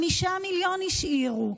5 מיליון השאירו.